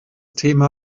thema